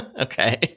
Okay